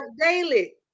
daily